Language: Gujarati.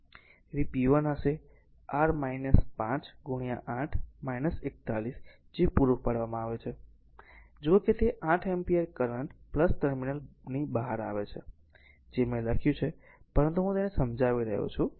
તેથી p 1 હશે r 5 8 41 જે પૂરો પાડવામાં આવે છે જુઓ કે તે 8 એમ્પીયર કરંટ ટર્મિનલ બહાર છે જે મેં લખ્યું છે પરંતુ હું તેને સમજાવી રહ્યો છું